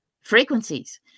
frequencies